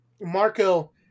Marco